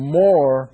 more